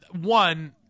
one